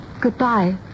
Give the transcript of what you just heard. Goodbye